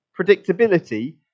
predictability